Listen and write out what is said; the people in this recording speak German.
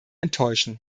enttäuschen